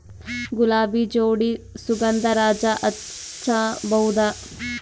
ಗುಲಾಬಿ ಜೋಡಿ ಸುಗಂಧರಾಜ ಹಚ್ಬಬಹುದ?